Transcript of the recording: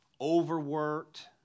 overworked